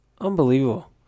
Unbelievable